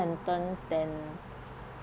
sentence than